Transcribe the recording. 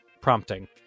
prompting